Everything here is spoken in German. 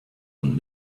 und